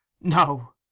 No